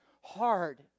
Hard